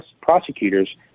prosecutors